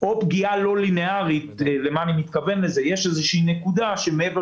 או פגיעה לא ליניארית יש איזו נקודה שמעבר